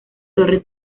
torre